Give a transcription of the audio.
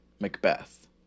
Macbeth